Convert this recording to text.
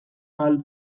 ahal